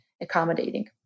accommodating